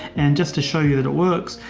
and just to show you that it works.